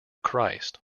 christ